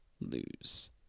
Lose